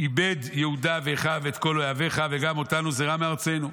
איבד יהודה ואחיו את כל אוהביך וגם אותנו זרה מארצנו".